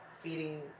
feeding